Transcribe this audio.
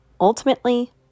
Ultimately